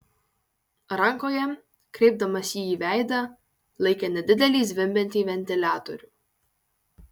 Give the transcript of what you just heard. rankoje kreipdamas jį į veidą laikė nedidelį zvimbiantį ventiliatorių